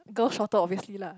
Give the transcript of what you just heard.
girl shorter obviously lah